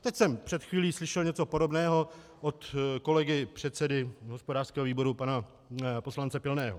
Teď jsem před chvílí slyšel něco podobného od kolegy předsedy hospodářského výboru pana poslance Pilného.